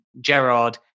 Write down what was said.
Gerard